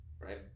Right